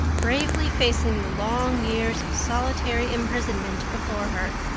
bravely facing the long years of solitary imprisonment before her.